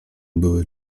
były